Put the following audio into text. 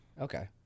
okay